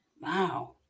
Wow